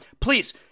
Please